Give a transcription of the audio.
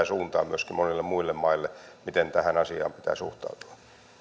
suuntaa myöskin monille muille maille miten tähän asiaan pitää suhtautua